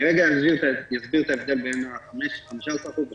אני רגע אסביר את ההבדל בין 15% ל-85%.